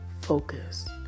focus